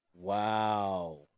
Wow